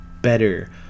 better